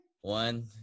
one